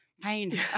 Pain